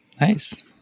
Nice